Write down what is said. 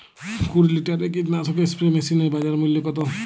কুরি লিটারের কীটনাশক স্প্রে মেশিনের বাজার মূল্য কতো?